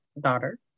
daughter